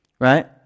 right